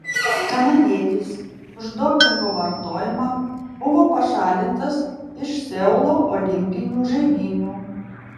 kanadietis už dopingo vartojimą buvo pašalintas iš seulo olimpinių žaidynių